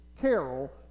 Carol